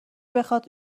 بخواد